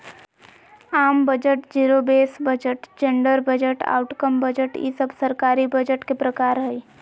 आम budget, zero base budget, gender budget, outcome budget ई सब सरकारी बजट के प्रकार हय